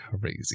Crazy